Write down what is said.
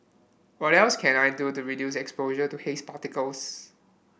what else can I do to reduce exposure to haze particles